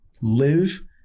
live